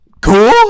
Cool